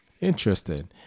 Interesting